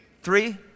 Three